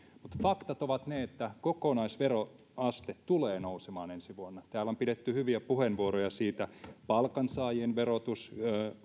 mutta faktat ovat ne että kokonaisveroaste tulee nousemaan ensi vuonna täällä on pidetty hyviä puheenvuoroja siitä palkansaajien verotus